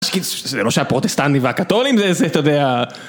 זה לא שהפרוטסטנטים והקתולים זה איזה אתה יודע